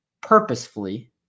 purposefully